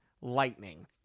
lightning